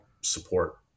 support